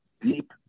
deep